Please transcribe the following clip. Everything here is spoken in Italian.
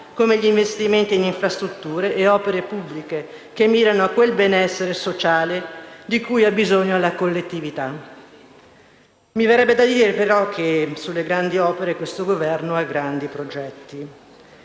come gli investimenti in infrastrutture e opere pubbliche che mirano a quel benessere sociale di cui ha bisogno la collettività. Mi verrebbe da dire che, però, sulle grandi opere questo Governo ha grandi progetti!